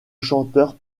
chanteur